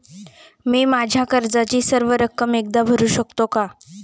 मी माझ्या कर्जाची सर्व रक्कम एकदा भरू शकतो का?